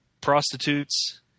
prostitutes